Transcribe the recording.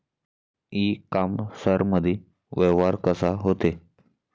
इ कामर्समंदी व्यवहार कसा होते?